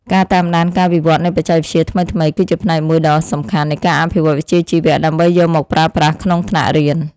ការតាមដានការវិវត្តនៃបច្ចេកវិទ្យាថ្មីៗគឺជាផ្នែកមួយដ៏សំខាន់នៃការអភិវឌ្ឍវិជ្ជាជីវៈដើម្បីយកមកប្រើប្រាស់ក្នុងថ្នាក់រៀន។